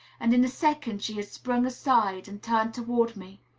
and in a second she had sprung aside and turned toward me.